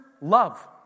love